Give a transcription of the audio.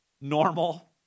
normal